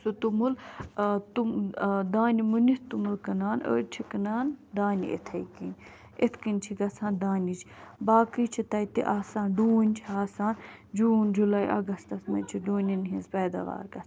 سُہ توٚمُل تِم دانہِ مُنِتھ توٚمُل کٕنان أڈۍ چھِ کٕنان دانہِ اِتھٕے کٔنۍ اِتھ کٔنۍ چھِ گژھان دانِچ باقٕے چھِ تتہِ آسان ڈوٗنۍ چھِ آسان جوٗن جُلاے اگسٹس منز چھِ ڈونٮ۪ن ہٕنٛز پیداوا گژھان